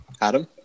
Adam